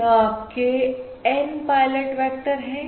यह आपके N pilot vector हैं